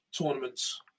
tournaments